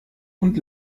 und